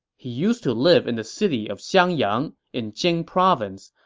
he used to live in the city of xiangyang in jing province,